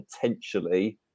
potentially